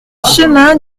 chemin